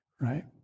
right